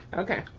okay,